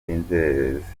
b’inzererezi